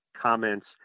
comments